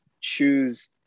choose